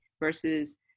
versus